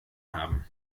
haben